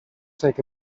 take